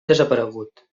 desaparegut